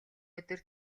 өдөр